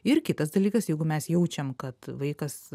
ir kitas dalykas jeigu mes jaučiam kad vaikas